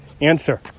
Answer